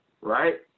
right